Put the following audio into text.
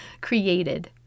created